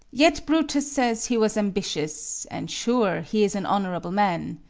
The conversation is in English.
yet brutus says he was ambitious and sure, he is an honorable man.